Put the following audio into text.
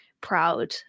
proud